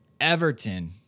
Everton